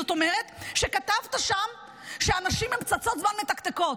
זאת אומרת שכתבת שם שהאנשים האלה הם פצצות מתקתקות,